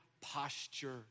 posture